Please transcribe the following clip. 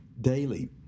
daily